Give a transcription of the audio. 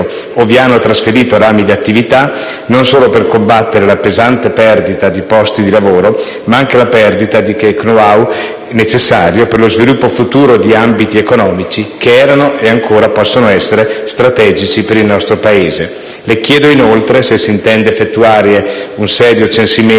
o vi hanno trasferito rami di attività, non solo per combattere la pesante perdita di posti di lavoro, ma anche la perdita di quel *know how* necessario per lo sviluppo futuro di ambiti economici che erano, e ancora possono essere, strategici per il nostro Paese. Le chiedo inoltre se si intende effettuare un serio censimento